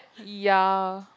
ya